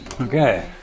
okay